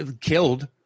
Killed